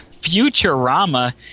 Futurama